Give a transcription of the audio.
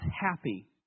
happy